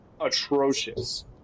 atrocious